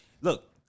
Look